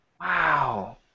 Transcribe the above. Wow